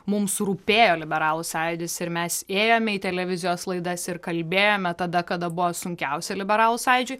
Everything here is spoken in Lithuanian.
mums rūpėjo liberalų sąjūdis ir mes ėjome į televizijos laidas ir kalbėjome tada kada buvo sunkiausia liberalų sąjūdžiui